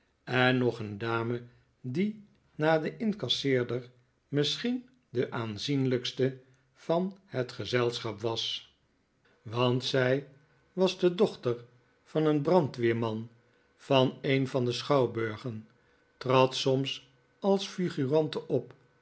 en nog een dame die na den incasseerder misschien de aanzienlijkste van het gezelschap was want zij was de dochfeest bij de familie kenwigs ter van een brandweerman van een van de schouwburgen trad soms als figurante op